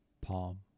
palm